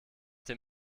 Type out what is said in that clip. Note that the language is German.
dem